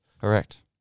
Correct